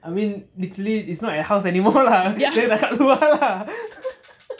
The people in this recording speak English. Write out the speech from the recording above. I mean literally it's not at house anymore lah dia dah dekat luar lah